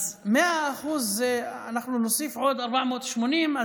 אז 100% נוסיף עוד 480,